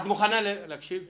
גברתי, את אולי מתבלבלת.